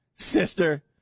Sister